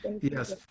Yes